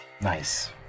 Nice